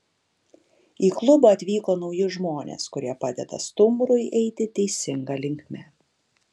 į klubą atvyko nauji žmonės kurie padeda stumbrui eiti teisinga linkme